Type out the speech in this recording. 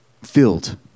Filled